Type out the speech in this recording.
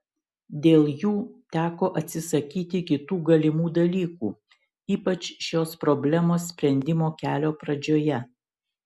dėl jų teko atsisakyti kitų galimų dalykų ypač šios problemos sprendimo kelio pradžioje